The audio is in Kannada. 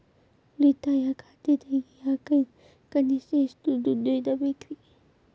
ಉಳಿತಾಯ ಖಾತೆ ತೆಗಿಯಾಕ ಕನಿಷ್ಟ ಎಷ್ಟು ದುಡ್ಡು ಇಡಬೇಕ್ರಿ?